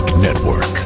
Network